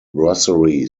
grocery